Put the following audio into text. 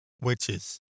witches